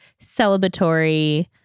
celebratory